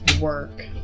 work